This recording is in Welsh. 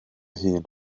hun